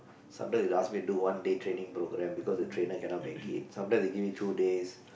sometimes they ask me do one day training program because the trainer cannot make it sometimes they give me two days